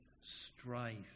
strife